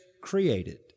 created